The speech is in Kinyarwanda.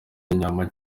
inyama